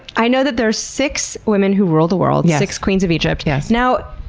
i know that there's six women who world a world. six queens of egypt. yes. now,